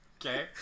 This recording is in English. Okay